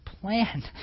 plan